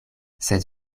sed